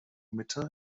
mitte